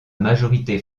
majorité